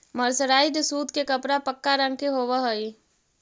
mercerised सूत के कपड़ा पक्का रंग के होवऽ हई